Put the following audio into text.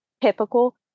typical